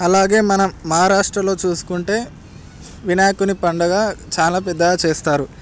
అలాగే మనం మహారాష్ట్రలో చూసుకుంటే వినాయకుని పండగ చానా పెద్దగా చేస్తారు